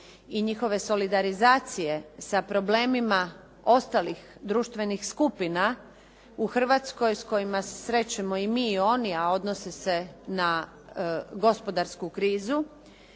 i njihove solidarizacije sa problemima ostalih društvenih skupina u Hrvatskoj s kojima se srećemo i mi oni, a odnosi se na gospodarsku krizu